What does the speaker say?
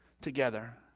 together